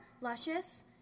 luscious